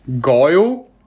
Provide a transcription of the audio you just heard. Goyle